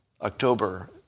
October